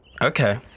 Okay